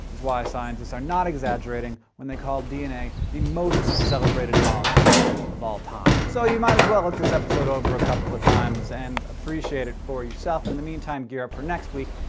is why scientists are not exaggerating when they call dna the most celebrated molecule of all time. so, you might as well look this episode over a couple of times and appreciate it for yourself. and in the mean time, gear up for next week,